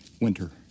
Winter